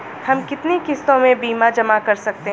हम कितनी किश्तों में बीमा जमा कर सकते हैं?